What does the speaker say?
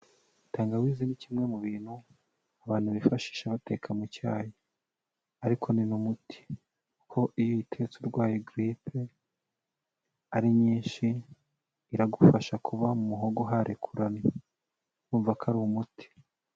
Tangawizi ni kimwe mu bintu abantu bifashisha bateka mu cyayi ariko ni n'umuti, kuko iyo uyitetse urwaye giripe ari nyinshi, iragufasha kuba mu muhogo harekurana urumva ko ari umuti.